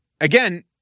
again